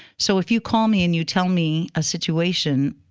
so if you call me and you tell me a situation,